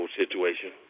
situation